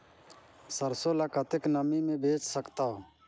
सरसो ल कतेक नमी मे बेच सकथव?